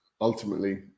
ultimately